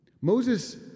Moses